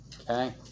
Okay